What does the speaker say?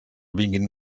vinguin